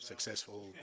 Successful